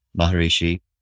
Maharishi